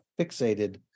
fixated